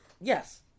Yes